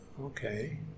okay